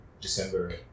December